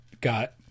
got